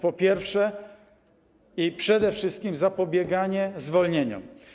Po pierwsze i przede wszystkim, zapobieganie zwolnieniom.